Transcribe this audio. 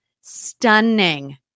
stunning